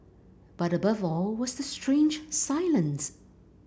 but above all was the strange silence